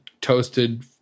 toasted